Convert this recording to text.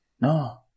No